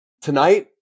tonight